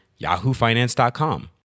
yahoofinance.com